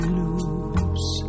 lose